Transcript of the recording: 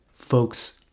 Folks